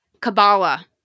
Kabbalah